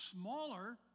smaller